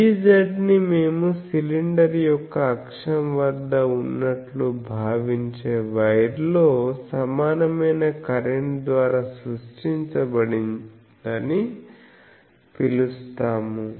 Ez ని మేము cylinder యొక్క అక్షం వద్ద ఉన్నట్లు భావించే వైర్లో సమానమైన కరెంట్ ద్వారా సృష్టించబడిందని పిలుస్తాము